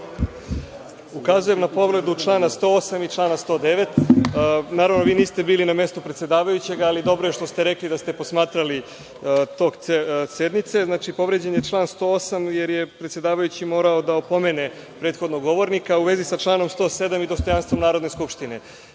Ukazujem na povredu člana 108. i člana 109. Naravno, vi niste bili na mestu predsedavajućeg, ali dobro je što ste rekli da ste posmatrali tok sednice. Povređen je član 108. jer je predsedavajući morao da opomene prethodnog govornika, a u vezi sa članom 107. i dostojanstvom Narodne skupštine. Naime,